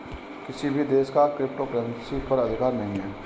किसी भी देश का क्रिप्टो करेंसी पर अधिकार नहीं है